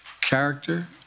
character